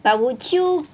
but would you